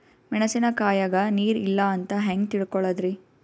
ಮೆಣಸಿನಕಾಯಗ ನೀರ್ ಇಲ್ಲ ಅಂತ ಹೆಂಗ್ ತಿಳಕೋಳದರಿ?